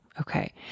Okay